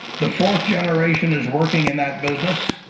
the fourth generation, is working in that business